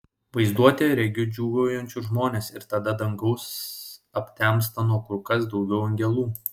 vaizduotėje regiu džiūgaujančius žmones ir tada dangus aptemsta nuo kur kas daugiau angelų